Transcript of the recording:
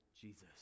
Jesus